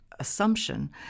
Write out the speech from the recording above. assumption